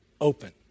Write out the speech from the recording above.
open